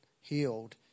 healed